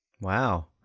Wow